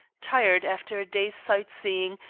tired after a day's sight-seeing,